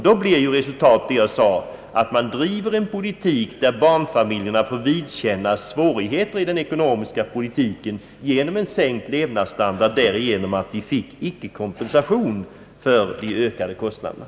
Då blir resultatet det, som jag förut sade, att barnfamiljerna får vidkännas svårigheter genom en sänkt levnadsstandard, på grund av att de icke får kompensation för de ökade kostnaderna.